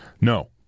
No